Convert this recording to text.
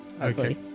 Okay